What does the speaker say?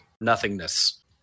nothingness